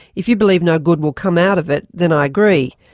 if you believe no good will come out of it then i agree.